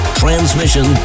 transmission